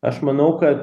aš manau kad